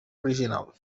original